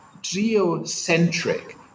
geocentric